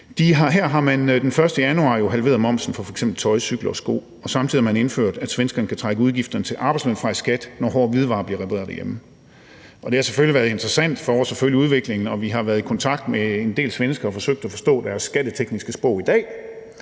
Her har man fra den 1. januar halveret momsen på reparation af f.eks. tøj, cykler og sko, og samtidig har man indført, at svenskerne kan trække udgifterne til arbejdsløn fra i skat, når hårde hvidevarer bliver repareret derhjemme. Det har selvfølgelig været interessant for os at følge udviklingen, og vi har været i kontakt med en del svenskere og har forsøgt at forstå deres skattetekniske sprog i dag,